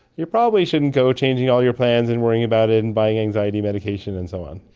you probably shouldn't go changing all your plans and worrying about it and buying anxiety medication and so on.